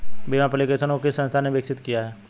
Bhim application को किस संस्था ने विकसित किया है?